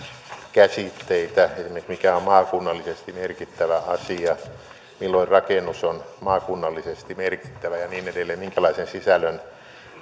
käsitteitä esimerkiksi mikä on maakunnallisesti merkittävä asia milloin rakennus on maakunnallisesti merkittävä ja niin edelleen minkälaisen sisällön